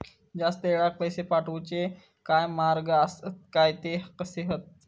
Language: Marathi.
जास्त वेळाक पैशे साठवूचे काय मार्ग आसत काय ते कसे हत?